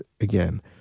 again